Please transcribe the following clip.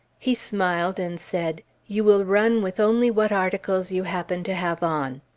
he smiled and said, you will run with only what articles you happen to have on.